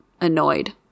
annoyed